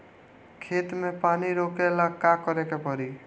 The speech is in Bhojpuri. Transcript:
खेत मे पानी रोकेला का करे के परी?